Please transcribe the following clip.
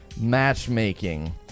matchmaking